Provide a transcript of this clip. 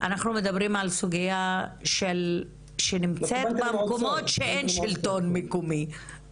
אנחנו מדברים על סוגייה שנמצאת במקומות שאין בהם שלטון מקומי,